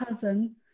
cousin